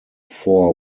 four